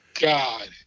God